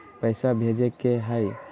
पैसा भेजे के हाइ?